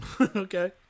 okay